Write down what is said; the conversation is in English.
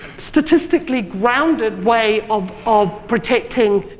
statistically grounded way ah um protecting